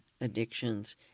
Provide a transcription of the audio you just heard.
addictions